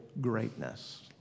greatness